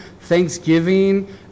thanksgiving